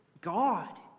God